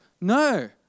No